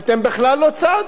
אתם בכלל לא צד,